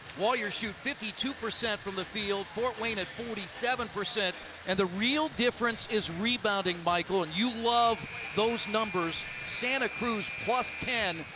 warriors shoot fifty two percent from the field. fort wayne at forty seven. and the real difference is rebounding, michael. and you love those numbers. santa cruz plus ten,